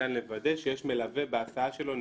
תפקידם לוודא שיש מלווה בהסעה שלו.